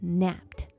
napped